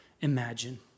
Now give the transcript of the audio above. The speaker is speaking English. imagine